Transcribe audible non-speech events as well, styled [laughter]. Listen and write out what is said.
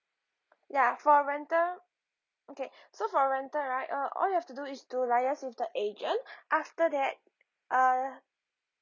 ya for rental okay [breath] so for rental right uh all you have to do is to liaise with the agent [breath] after that uh